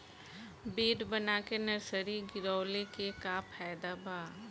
Bed बना के nursery गिरवले के का फायदा बा?